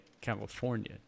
California